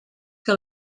que